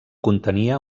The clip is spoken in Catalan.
contenia